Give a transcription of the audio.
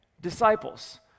disciples